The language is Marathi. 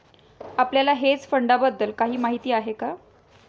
आपल्याला हेज फंडांबद्दल काही माहित आहे का?